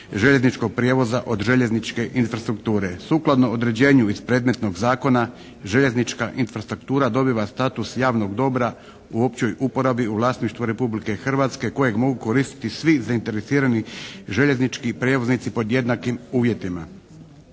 željezničkog prijevoza od željezničke infrastrukture. Sukladno određenju iz predmetnog zakona željeznička infrastruktura dobiva status javnog dobra u općoj uporabi u vlasništvu Republike Hrvatske kojeg mogu koristiti svi zainteresirani željeznički prijevoznici pod jednakim uvjetima.